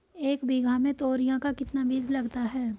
एक बीघा में तोरियां का कितना बीज लगता है?